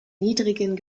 niedrigen